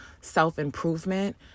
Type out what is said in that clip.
self-improvement